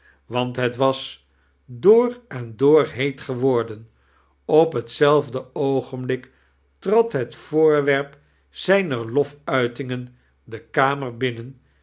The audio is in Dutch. want het was door en door heet geworden op hetezelfde oogenblik trad het voorwerp zijner loftuitingen de kamer binsnen